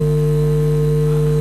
אנדרסטייטמנט.